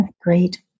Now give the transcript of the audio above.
Great